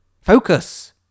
Focus